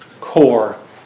core